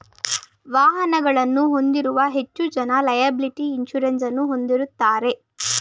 ವಾಹನಗಳನ್ನು ಹೊಂದಿರುವ ಹೆಚ್ಚು ಜನ ಲೆಯಬಲಿಟಿ ಇನ್ಸೂರೆನ್ಸ್ ಅನ್ನು ಹೊಂದಿರುತ್ತಾರೆ